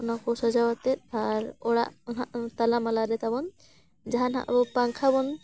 ᱚᱱᱟ ᱠᱚ ᱥᱟᱡᱟᱣ ᱟᱠᱛᱮᱫ ᱟᱨ ᱚᱲᱟᱜ ᱱᱟᱦᱟᱜ ᱛᱟᱞᱟᱢᱟᱞᱟ ᱨᱮ ᱛᱟᱵᱚᱱ ᱡᱟᱦᱟᱸ ᱱᱟᱜ ᱵᱚᱱ ᱯᱟᱝᱠᱷᱟ ᱵᱚᱱ